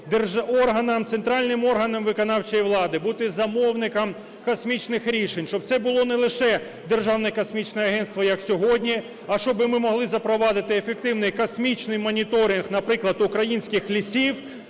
центральним органам виконавчої влади бути замовником космічних рішень. Щоб це було не лише Державне космічне агентство, як сьогодні, а щоби ми могли запровадити ефективний космічний моніторинг, наприклад, українських лісів,